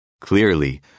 Clearly